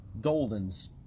goldens